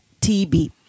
TB